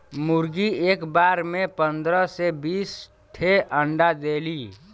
मुरगी एक बार में पन्दरह से बीस ठे अंडा देली